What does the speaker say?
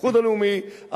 האיחוד הלאומי,